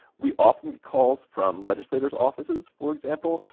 we often get calls from legislators' offices, for example,